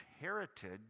heritage